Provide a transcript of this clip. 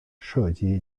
射击